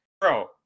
bro